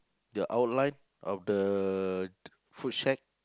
the outline of the food shack